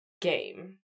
game